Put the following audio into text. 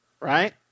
right